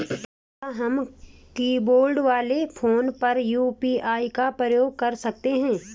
क्या हम कीबोर्ड वाले फोन पर यु.पी.आई का प्रयोग कर सकते हैं?